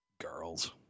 Girls